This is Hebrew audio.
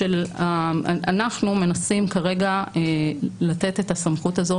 אנחנו מנסים כרגע לתת את הסמכות הזאת